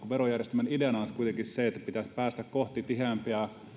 verojärjestelmän ideana on kuitenkin se että pitäisi päästä kohti tiheämpää